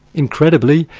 incredibly,